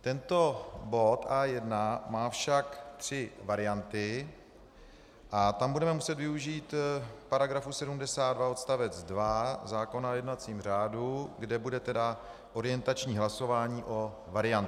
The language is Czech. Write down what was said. Tento bod A1 má však tři varianty a tam budeme muset využít § 72 odst. 2 zákona o jednacím řádu, kde bude orientační hlasování o variantách.